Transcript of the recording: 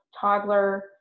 toddler